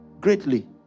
greatly